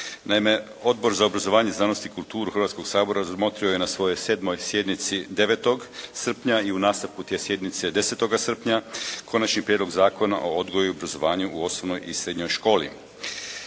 Naime, Odbor za obrazovanje, znanost i kulturu Hrvatskog sabora razmotrio je na svojoj 7. sjednici 09. srpnja i u nastavku te sjednice 10. srpnja, Konačni prijedlog Zakona o odgoju i obrazovanju u osnovnoj i srednjoj školi.